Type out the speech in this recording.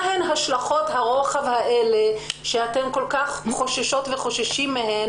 מה הן השלכות הרוחב האלה שאתם כל-כך חוששים מהם